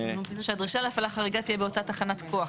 ---- שהדרישה להפעלה חריגה תהיה באותה תחנת כוח,